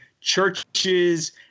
churches